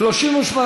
לסעיף 1 לא נתקבלה.